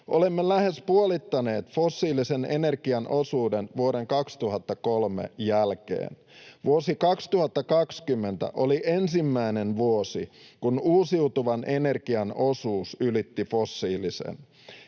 Olemme lähes puolittaneet fossiilisen energian osuuden vuoden 2003 jälkeen. Vuosi 2020 oli ensimmäinen vuosi, kun uusiutuvan energian osuus ylitti fossiilisen.